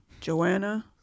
Joanna